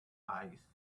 eyes